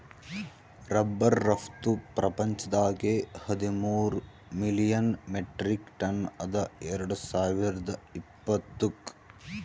rubber ರಫ್ತು ಪ್ರಪಂಚದಾಗೆ ಹದಿಮೂರ್ ಮಿಲಿಯನ್ ಮೆಟ್ರಿಕ್ ಟನ್ ಅದ ಎರಡು ಸಾವಿರ್ದ ಇಪ್ಪತ್ತುಕ್